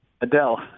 Adele